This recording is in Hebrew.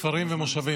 כפרים ומושבים.